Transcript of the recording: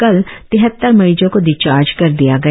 कल तिहत्तर मरीजो को डिचार्ज कर दिया गया